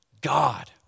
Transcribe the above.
God